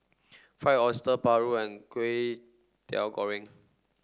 Fried Oyster Paru and Kway Teow Goreng